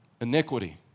Iniquity